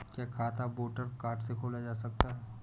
क्या खाता voter card से खोला जा सकता है?